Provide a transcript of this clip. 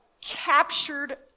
captured